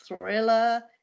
thriller